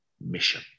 mission